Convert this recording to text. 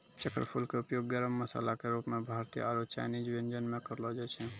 चक्रफूल के उपयोग गरम मसाला के रूप मॅ भारतीय आरो चायनीज व्यंजन म करलो जाय छै